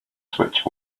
switch